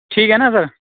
ٹھیک ہے نا سر